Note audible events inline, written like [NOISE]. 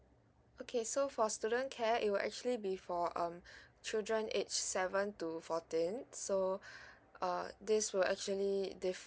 okay so for student care it will actually be for um children age seven to fourteen so [BREATH] uh this will actually diff~